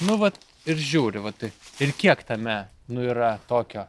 nu vat ir žiūri va taip ir kiek tame nu yra tokio